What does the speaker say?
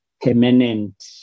permanent